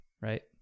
right